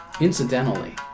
Incidentally